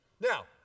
Now